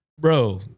Bro